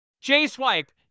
J-Swipe